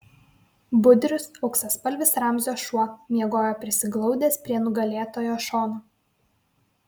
budrius auksaspalvis ramzio šuo miegojo prisiglaudęs prie nugalėtojo šono